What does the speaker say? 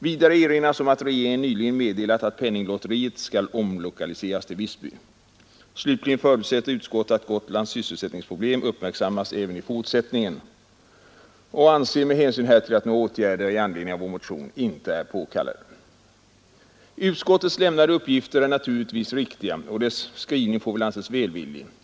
Vidare erinras om att regeringen nyligen meddelat att Penninglotteriet skall omlokaliseras till Visby. Slutligen förutsätter utskottet att Gotlands sysselsättningsproblem uppmärksammas även i fortsättningen och anser med hänsyn härtill att några åtgärder i anledning av vår motion inte är påkallade. Utskottets lämnade uppgifter är naturligtvis riktiga, och dess skrivning får väl anses välvillig.